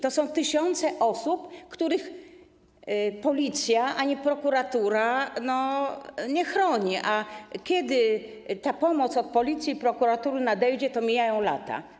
To są tysiące osób, których policja ani prokuratura nie chronią, a kiedy pomoc od policji, prokuratury nadejdzie, mijają lata.